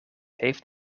heeft